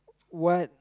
what